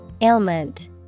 Ailment